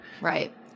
Right